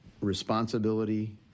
responsibility